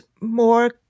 more